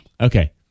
Okay